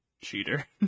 Cheater